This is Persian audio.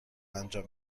انجام